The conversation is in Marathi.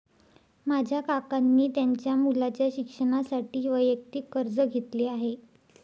माझ्या काकांनी त्यांच्या मुलाच्या शिक्षणासाठी वैयक्तिक कर्ज घेतले आहे